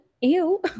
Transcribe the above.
ew